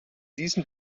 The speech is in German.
diesem